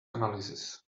analysis